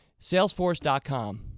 salesforce.com